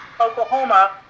Oklahoma